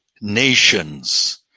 nations